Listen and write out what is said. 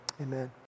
Amen